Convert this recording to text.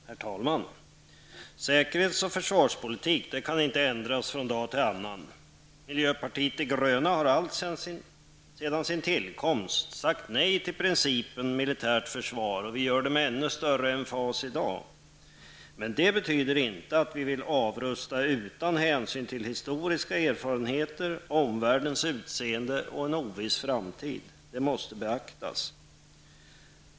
Herr talman! Säkerhets och försvarspolitiken kan inte ändras från den ena dagen till den andra. Vi i miljöpartiet de gröna har alltsedan partiets tillkomst sagt nej till principen om militärt försvar, och vi gör det med ännu större emfas i dag. Men det betyder inte att vi vill avrusta utan att ta hänsyn till historiska erfarenheter, till omvärldens utseende eller till den ovissa framtiden. Detta måste beaktas.